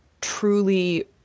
truly